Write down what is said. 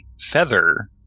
feather